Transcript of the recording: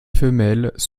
femelles